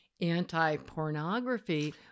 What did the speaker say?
anti-pornography